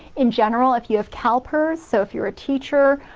in general, if you have calpers so if you're a teacher,